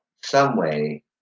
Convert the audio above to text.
someway